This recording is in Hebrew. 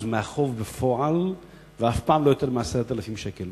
מהחוב בפועל ואף פעם לא יותר מ-10,000 שקל.